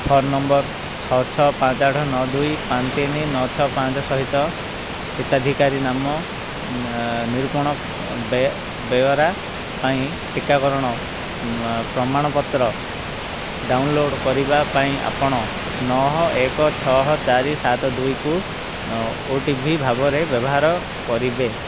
phone number ଛଅ ଛଅ ପାଞ୍ଚ ଆଠ ନଅ ଦୁଇ ପାଞ୍ଚ ତିନି ନଅ ଛଅ ପାଞ୍ଚ ସହିତ ହିତାଧିକାରୀ ନାମ ନ ନିରୁପଣ ବେ ବେଅରା ପାଇଁ ଟିକାକରଣ ପ୍ରମାଣପତ୍ର ଡାଉନଲୋଡ଼୍ କରିବା ପାଇଁ ଆପଣ ନଅ ଏକ ଛଅ ଚାରି ସାତ ଦୁଇକୁ ଓ ଟି ପି ଭାବରେ ବ୍ୟବହାର କରିବେ